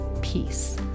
peace